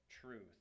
truth